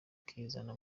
ukizana